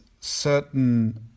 certain